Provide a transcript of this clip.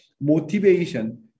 motivation